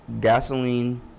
Gasoline